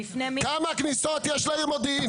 כמה כניסות יש לעיר מודיעין?